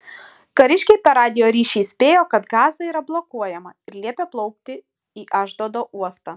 kariškiai per radijo ryšį įspėjo kad gaza yra blokuojama ir liepė plaukti į ašdodo uostą